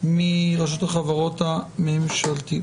מרשות החברות הממשלתיות,